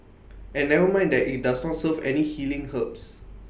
and never mind that IT does not serve any healing herbs